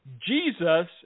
Jesus